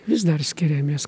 vis dar skiriamės